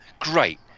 Great